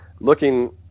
looking